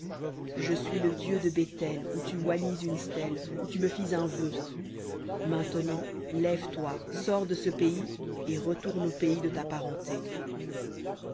je suis le dieu de béthel où tu oignis une stèle où tu me fis un vœu maintenant lève-toi sors de ce pays et retourne au pays de ta parenté